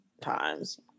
times